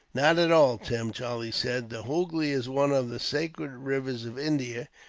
not at all, tim, charlie said, the hoogly is one of the sacred rivers of india,